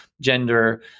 gender